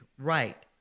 right